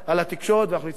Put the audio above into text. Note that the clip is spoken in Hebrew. ואנחנו נצטרך לעצור אותה,